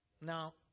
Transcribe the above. Now